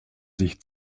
sich